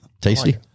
tasty